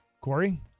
Corey